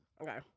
Okay